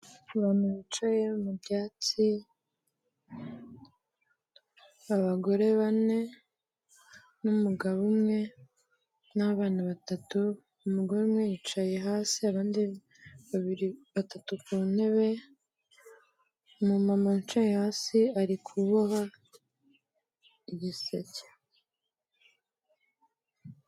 Abantu bicaye mu byatsi, abagore bane, n'umugabo umwe, n'abana batatu; umugore umwe yicaye hasi, abandi babiri, batatu ku ntebe, umumama wicaye hasi ari kuboha igiseke.